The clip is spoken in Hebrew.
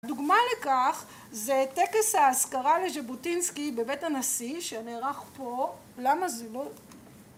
‫דוגמה לכך, זה טקס האזכרה ‫לז'בוטינסקי בבית הנשיא, ‫שנערך פה. למה זה לא...